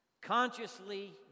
Consciously